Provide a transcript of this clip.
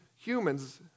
humans